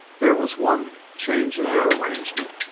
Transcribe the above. there was one change in their arrangement.